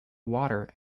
water